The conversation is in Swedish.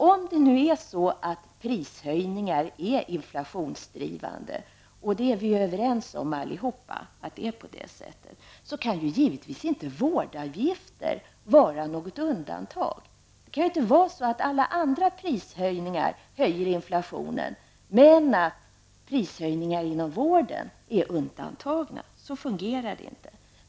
Om det nu är så att prishöjningar är inflationsdrivande -- och vi är alla överens om att det är på det sättet -- så kan givetvis inte vårdavgifter vara något undantag. Det kan ju inte vara så att alla andra prishöjningar höjer inflationen, medan prishöjningar inom vården är undantagna. Så fungerar det inte.